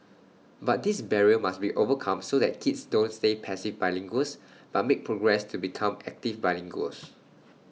but this barrier must be overcome so that kids don't stay passive bilinguals but make progress to become active bilinguals